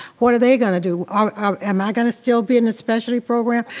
what are they gonna do? am i gonna still be in the specialty program?